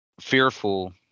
fearful